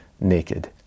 naked